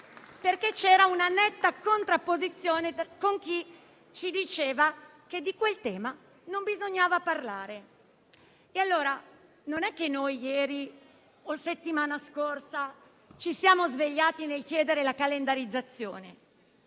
perché c'era una netta contrapposizione con chi ci diceva che di quel tema non bisognava parlare. Non è che noi ieri o la settimana scorsa ci siamo svegliati nel chiedere la calendarizzazione,